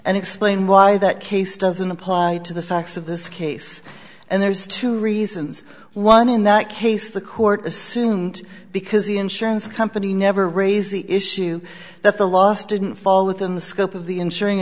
and explain why that case doesn't apply to the facts of this case and there's two reasons one in that case the court assumed because the insurance company never raised the issue that the loss didn't fall within the scope of the insuring